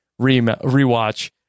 rewatch